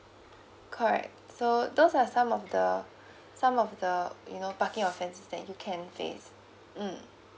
correct so those are some of the some of the you know parking offences that you can face mm